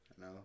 No